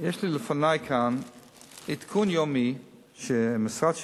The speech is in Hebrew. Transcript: יש לי לפני כאן עדכון יומי שהמשרד שלי,